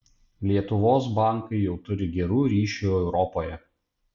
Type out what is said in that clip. lietuvos bankai jau turi gerų ryšių europoje